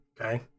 Okay